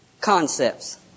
concepts